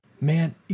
Man